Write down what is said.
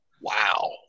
wow